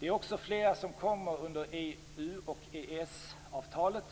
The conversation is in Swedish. Det är också fler som kommer under EU och EES-avtalet